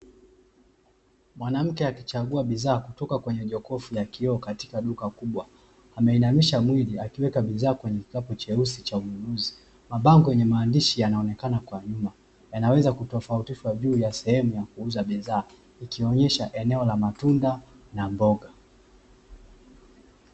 Mwanamke akichagua bidhaa kutoka kwenye jokofu ya kioo kutoka kwenye duka kubwa akiwa ameinamisha mwili akiweka bidhaa kwenye kikapu cheusi cha manunuzi mabango ya maandishi yamewekwa kwa juu yanaweza kutofautisha eneo la matunda na mboga